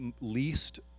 least